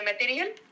material